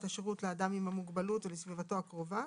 השירות לאדם עם המוגבלות ולסביבתו הקרובה,